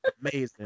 Amazing